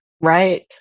Right